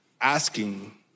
asking